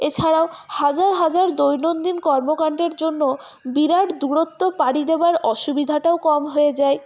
এছাড়াও হাজার হাজার দৈনন্দিন কর্মকান্ডের জন্য বিরাট দূরত্ব পাড়ি দেওয়ার অসুবিধাটাও কম হয়ে যায়